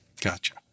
Gotcha